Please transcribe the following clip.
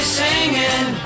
singing